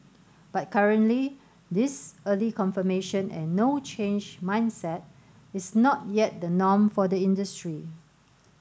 but currently this early confirmation and no change mindset is not yet the norm for the industry